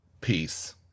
peace